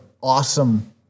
awesome